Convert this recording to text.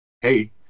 hey